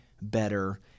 better